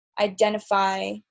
identify